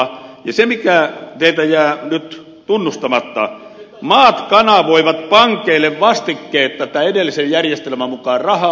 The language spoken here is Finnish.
se mikä teiltä jää nyt tunnustamatta on se että maat kanavoivat pankeille vastikkeetta tämän edellisen järjestelmän mukaan rahaa